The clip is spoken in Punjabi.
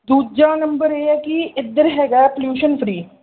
ਦੂਜਾ ਨੰਬਰ ਇਹ ਹੈ ਕੀ ਇੱਧਰ ਹੈਗਾ ਪਲਿਊਸ਼ਨ ਫ੍ਰੀ